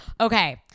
okay